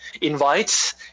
invites